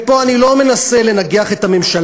ופה אני לא מנסה לנגח את הממשלה,